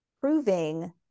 proving